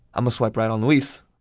um swipe right on luis.